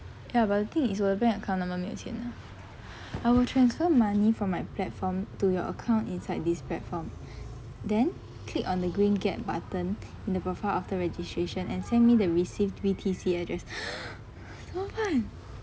ya but the thing is 我的 bank account 没有钱的 I will transfer money from my platform to your account inside this platform then click on the green get button in the profile after registration and send me the received B_T_C address 怎么办